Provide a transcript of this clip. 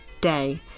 day